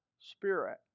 spirit